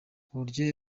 uburyohe